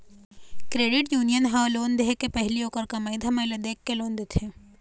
credit union ह loan दे ले पहिली ओखर कमई धमई ल देखके लोन देथे